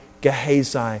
Gehazi